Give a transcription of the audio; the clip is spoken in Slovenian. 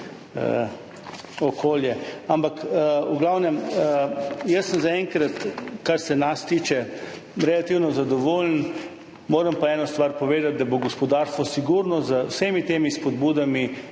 V glavnem, jaz sem zaenkrat, kar se nas tiče, relativno zadovoljen. Moram pa eno stvar povedati – da bo gospodarstvo sigurno z vsemi temi spodbudami